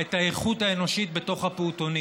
את האיכות האנושית בתוך הפעוטונים.